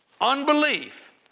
unbelief